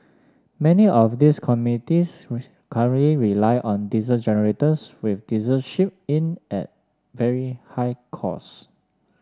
many of these communities rely on diesel generators with diesel shipped in at very high cost